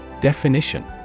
Definition